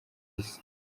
isi